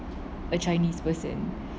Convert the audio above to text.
a chinese person